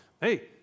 Hey